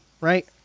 Right